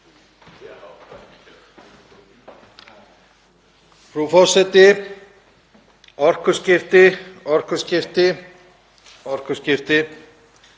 Frú forseti. Orkuskipti, orkuskipti, orkuskipti.